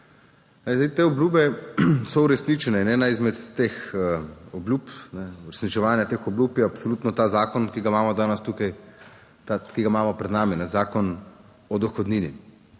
Zdaj te obljube so uresničene in ena izmed teh obljub uresničevanja teh obljub je absolutno ta zakon, ki ga imamo danes tukaj, ki ga imamo pred nami, Zakon o dohodnini.